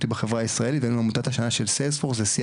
בחברה הישראלית והיינו עמותת השנה של CRM,